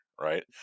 right